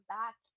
back